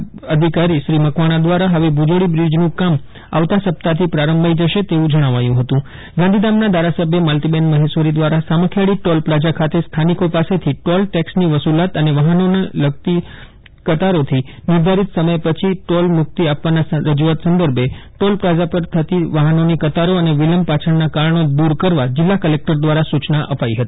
ભુજના અધિકારીશ્રી મકવાણા દ્વારા હવે ભુજોડી બ્રીજનું કામ આવતાં સપ્તાહથી પ્રારંભાઇ જશે તેવું જણાવાયું હતું ગાંધીધામના ધારાસભ્ય માલતીબેન મહેશ્વરી દ્વારા સામખીયાળી ટોલ પ્લાઝા ખાતે સ્થાનિકો પાસેથી ટોલટેક્ષની વસૂ લી અને વાહનોની લાગતી કતારોથી નિર્ધાક્તિ સમય પછી ટોલ મુકિત આપવાની રજૂઆત સંદર્ભે ટોલ પ્લાઝા પર થતી વાફનોની કતારો અને વિલંબ પાછળના કારણો દૂર કરવા જિલ્લા કલેકટર દ્વારા સૂ ચ્ના અપાઇ હતી